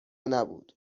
نبود